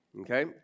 Okay